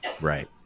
Right